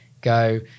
go